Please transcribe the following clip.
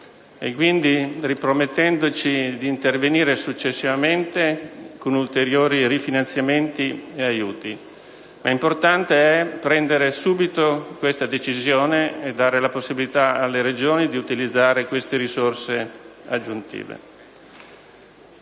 ci ripromettiamo di intervenire successivamente con ulteriori rifinanziamenti e aiuti. Ma è importante prendere subito questa decisione e dare la possibilità alle Regioni di utilizzare queste risorse aggiuntive.